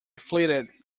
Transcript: flitted